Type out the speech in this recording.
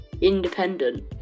independent